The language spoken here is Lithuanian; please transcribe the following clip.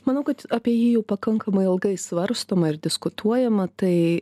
manau kad apie jį jau pakankamai ilgai svarstoma ir diskutuojama tai